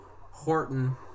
Horton